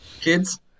Kids